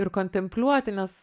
ir kontempliuoti nes